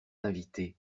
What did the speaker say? invité